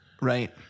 right